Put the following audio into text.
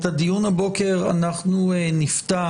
את הדיון הבוקר אנחנו לא נפתח